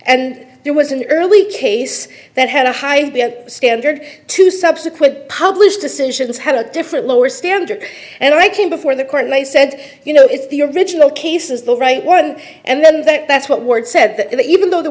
and there was an early case that had a high standard to subsequent published decisions had a different lower standard and i came before the court and they said you know if the original case is the right one and then that that's what